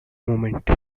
moment